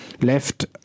left